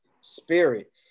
spirit